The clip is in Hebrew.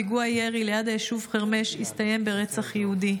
פיגוע ירי ליד היישוב חרמש הסתיים ברצח יהודי.